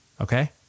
Okay